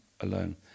alone